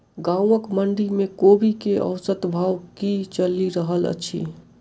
गाँवक मंडी मे कोबी केँ औसत भाव की चलि रहल अछि?